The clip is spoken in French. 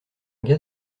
gars